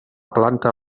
planta